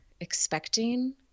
expecting